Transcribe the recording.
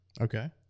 Okay